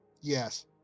Yes